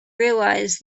realise